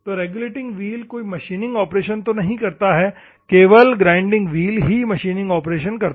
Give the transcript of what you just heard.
regulating wheel कोई machining operation नहीं करता केवल ग्राइंडिंग व्हील ही मशीनिंग ऑपरेशन करता है